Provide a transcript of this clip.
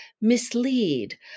mislead